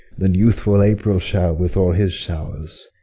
than youthful april shall with all his show'rs.